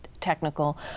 technical